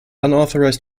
unauthorized